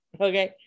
Okay